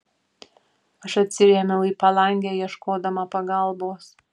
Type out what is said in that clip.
aš atsirėmiau į palangę ieškodama pagalbos